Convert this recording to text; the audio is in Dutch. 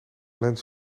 lens